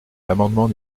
l’amendement